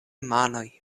manoj